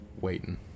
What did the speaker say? Waiting